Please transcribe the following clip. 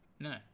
No